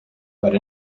but